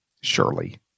Surely